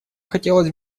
хотелось